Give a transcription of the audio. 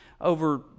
over